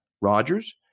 Rodgers